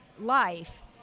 life